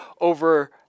over